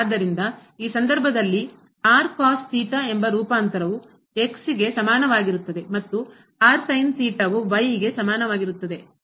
ಆದ್ದರಿಂದ ಈ ಸಂದರ್ಭದಲ್ಲಿ ಎಂಬ ರೂಪಾಂತರವು ಗೆ ಸಮಾನವಾಗಿರುತ್ತದೆ ಮತ್ತು ವು ಗೆ ಸಮಾನವಾಗಿರುತ್ತದೆ ಎಂದು ನಮಗೆ ತಿಳಿದಿದೆ